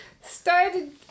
started